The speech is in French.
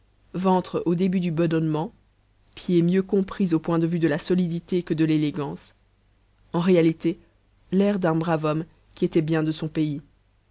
ventre au début du bedonnement pieds mieux compris au point de vue de la solidité que de l'élégance en réalité l'air d'un brave homme qui était bien de son pays